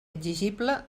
exigible